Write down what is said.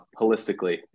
holistically